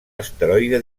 asteroide